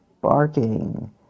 barking